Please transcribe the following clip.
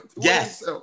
Yes